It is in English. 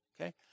okay